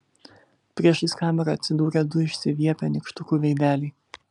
priešais kamerą atsidūrė du išsiviepę nykštukų veideliai